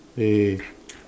eh